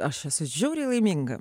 aš esu žiauriai laiminga